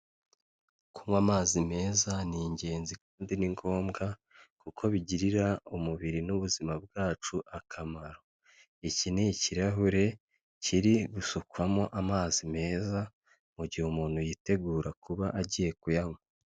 Kunywa amazi meza ni ingenzi kandi ni ngombwa kuko bigirira umubiri n'ubuzima bwacu akamaro. Iki ni ikirahure kiri gusukwamo amazi meza, mu gihe umuntu yitegura kuba agiye kuyanywa.